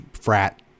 frat